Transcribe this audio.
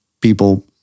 people